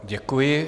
Děkuji.